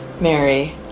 Mary